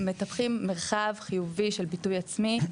מטפחים מרחב חיובי של ביטוי עצמי,